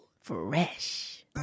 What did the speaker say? Fresh